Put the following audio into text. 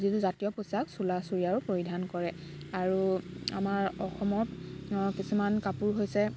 যিযোৰ জাতীয় পোচাক চোলা চুৰীয়াৰো পৰিধান কৰে আৰু আমাৰ অসমত কিছুমান কাপোৰ হৈছে